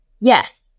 Yes